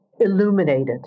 illuminated